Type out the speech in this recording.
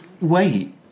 Wait